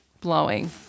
blowing